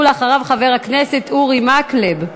אחריו, חבר הכנסת אורי מקלב.